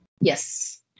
Yes